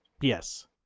Yes